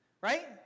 right